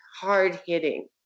hard-hitting